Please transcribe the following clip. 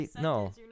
No